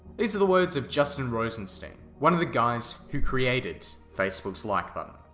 these are the words of justin rosenstein, one of the guys who created facebook's like button!